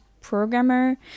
programmer